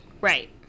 Right